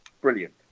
Brilliant